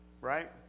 Right